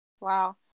Wow